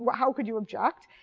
but how could you object?